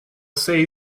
say